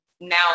Now